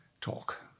talk